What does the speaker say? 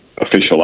official